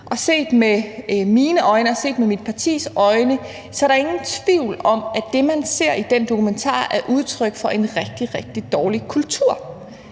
Set med mine og mit partis øjne er der ingen tvivl om, at det, man ser i den dokumentar, er udtryk for en rigtig, rigtig dårlig kultur.